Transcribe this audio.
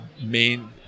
main